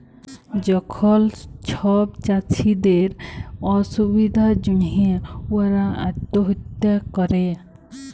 যখল ছব চাষীদের অসুবিধার জ্যনহে উয়ারা আত্যহত্যা ক্যরে